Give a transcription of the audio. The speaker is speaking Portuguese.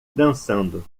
dançando